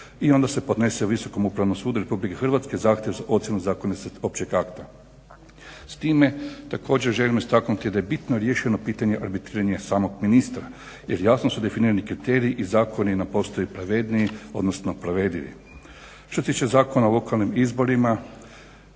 I onda se podnese Visokom Upravnom sudu RH zahtjev za ocjenom zakonitosti općeg akta. S time također želim istaknuti da je bitno riješeno pitanje arbitriranje samog ministra jer jasno su definirani kriteriji i zakoni odmah postaju pravedniji odnosno provedivi. Što se tiče Zakona o lokalnim izborima